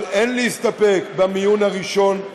אבל אין להסתפק במיון הראשון,